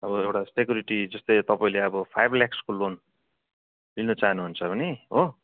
अब एउटा सेक्युरिटी जस्तै तपाईँले अब फाइभ ल्याक्सको लोन लिनु चाहनु हुन्छ भने हो